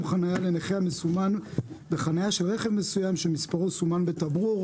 חנייה לנכה המסומן כחניה של רכב מסוים שמספרו סומן בתמרור.